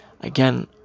again